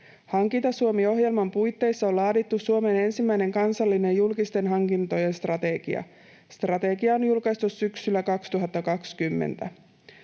Hankinta-Suomi-ohjelman puitteissa on laadittu Suomen ensimmäinen kansallinen julkisten hankintojen strategia. Strategia on julkaistu syksyllä 2020.